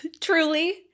Truly